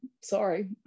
sorry